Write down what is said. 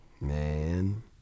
Man